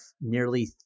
nearly